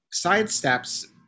sidesteps